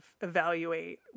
evaluate